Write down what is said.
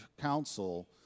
council